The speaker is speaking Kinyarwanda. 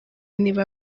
niba